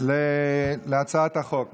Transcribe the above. להצעת החוק.